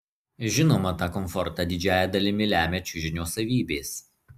žinoma tą komfortą didžiąja dalimi lemia čiužinio savybės